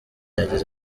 yagize